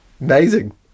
Amazing